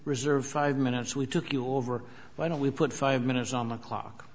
reserve five minutes we took you over why don't we put five minutes on the clock